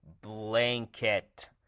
blanket